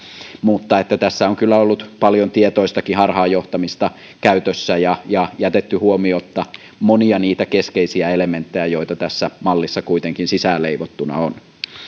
mutta tässä on kyllä ollut paljon tietoistakin harhaanjohtamista käytössä ja ja on jätetty huomiotta monia niitä keskeisiä elementtejä joita tässä mallissa kuitenkin sisäänleivottuna on